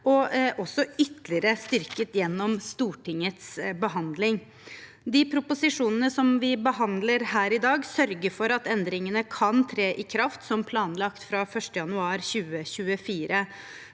også ytterligere styrket gjennom Stortingets behandling. De proposisjonene vi behandler her i dag, sørger for at endringene kan tre i kraft som planlagt fra 1. januar 2024.